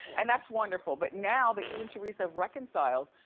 and that's wonderful, but now that you and teresa have reconciled,